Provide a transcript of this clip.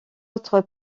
autre